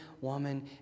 woman